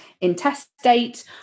intestate